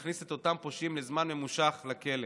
להכניס את אותם פושעים לזמן ממושך לכלא.